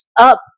up